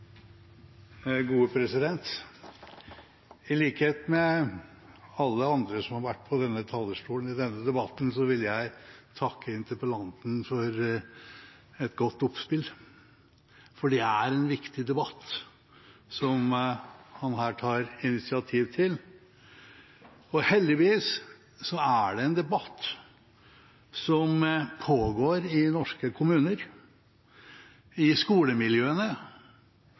I likhet med alle andre som har vært på denne talerstolen i denne debatten, vil jeg takke interpellanten for et godt oppspill. For det er en viktig debatt han her tar initiativ til. Heldigvis er det en debatt som pågår i norske kommuner, i skolemiljøene,